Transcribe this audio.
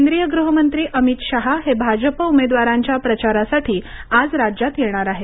केंद्रीय गृहमंत्री अमित शहा हे भाजप उमेदवारांच्या प्रचारासाठी आज राज्यात येणार आहेत